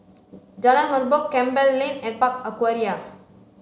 Jalan Merbok Campbell Lane and Park Aquaria